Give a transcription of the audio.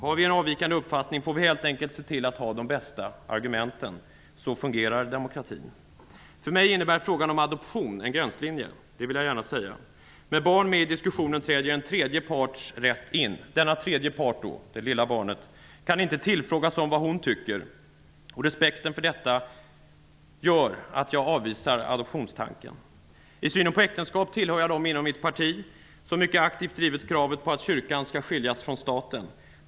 Har vi en avvikande uppattning, får vi helt enkelt se till att ha de bästa argumenten. Så fungerar demokratin. För mig innebär frågan om adoption en gränslinje. Med barn med i diskussionen träder en tredje parts rätt in. Denna tredje part, det lilla barnet, kan inte tillfrågas om vad hon tycker. Respekten för barnet gör att jag avvisar adoptionstanken. I synen på äktenskap tillhör jag dem inom mitt parti som mycket aktivt drivit kravet på att kyrkan skall skiljas från staten.